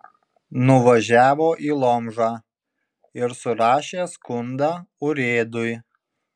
nuvažiavo į lomžą ir surašė skundą urėdui